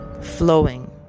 flowing